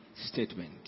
Statement